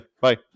Bye